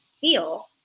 feel